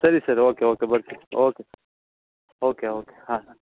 ಸರಿ sir okay okay ಬರ್ತಿನಿ okay okay okay ಹಾಂ ಸ